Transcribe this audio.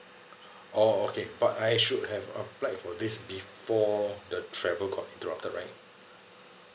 orh okay but I should have applied for this before the travel got interrupted right